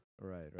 right